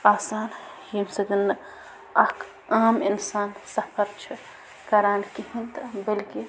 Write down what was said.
آسان ییٚمہِ سۭتۍ نہٕ اَکھ عام اِنسان سفر چھُ کَران کِہیٖنۍ تہٕ بلکہِ